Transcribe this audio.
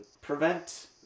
prevent